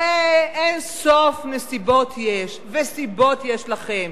הרי אין-סוף נסיבות וסיבות יש לכם,